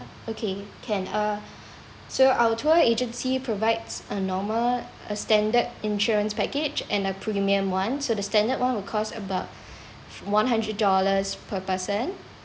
okay can uh so our tour agency provides a normal standard insurance package and a premium one so the standard one will cost about one hundred dollars per person